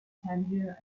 tangier